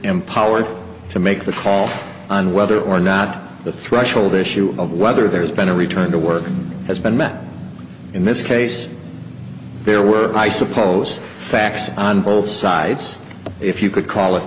empowered to make the call on whether or not the threshold issue of whether there's been a return to work has been met in this case there were i suppose facts on both sides if you could call it